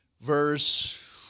Verse